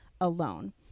alone